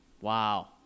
Wow